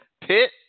Pitt